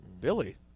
Billy